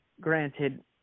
granted